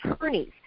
attorneys